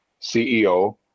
CEO